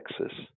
Texas